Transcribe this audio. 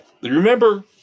Remember